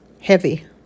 heavy